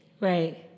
Right